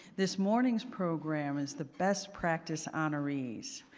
this morning's program is the best practice honorees,